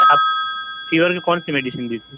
آپ فیور کی کون سی میڈیسین لی تھی